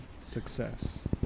Success